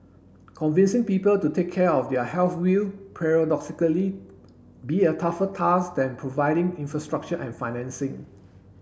convincing people to take care of their health will paradoxically be a tougher task than providing infrastructure and financing